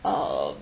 err